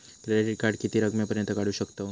Credit card किती रकमेपर्यंत काढू शकतव?